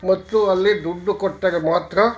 ಮತ್ತು ಅಲ್ಲಿ ದುಡ್ಡು ಕೊಟ್ಟರೆ ಮಾತ್ರ